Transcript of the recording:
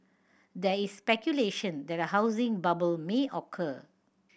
there is speculation that a housing bubble may occur